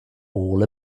all